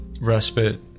respite